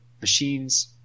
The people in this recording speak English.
machines